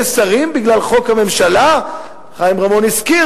שרים בגלל חוק הממשלה?" חיים רמון הזכיר,